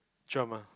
drama